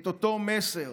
את אותו מסר